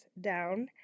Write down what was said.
down